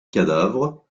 cadavre